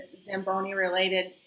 Zamboni-related